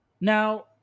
Now